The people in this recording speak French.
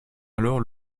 alors